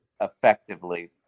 effectively